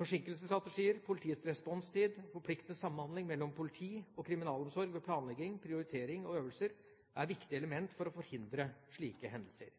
politiets responstid og forpliktende samhandling mellom politi og kriminalomsorg ved planlegging, prioritering og øvelser er viktige elementer for å forhindre slike hendelser.